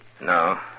No